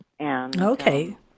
Okay